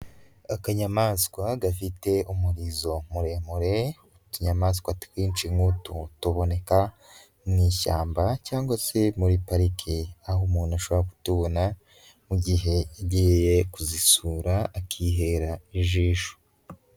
Akanyamaswa gafite umurizo muremure, utunyamaswa twinshi nk'utuntu tuboneka mu ishyamba, cyangwa se muri parike, aho umuntu ashobora kutubona mu gihe yagiye kuzisura, akihera ijisho.